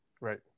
Right